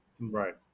right